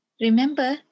Remember